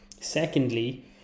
Secondly